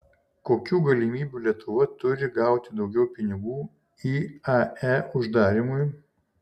kokių galimybių lietuva turi gauti daugiau pinigų iae uždarymui